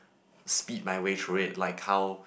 speed my way through it like how